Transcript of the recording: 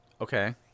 Okay